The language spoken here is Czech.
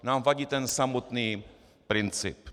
Nám vadí ten samotný princip.